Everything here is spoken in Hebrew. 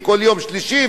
וכל יום שלישי,